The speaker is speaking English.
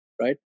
right